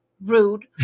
Rude